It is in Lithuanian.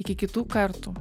iki kitų kartų